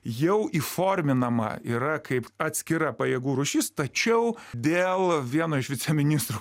jau įforminama yra kaip atskira pajėgų rūšis tačiau dėl vieno iš viceministrų